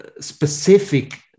specific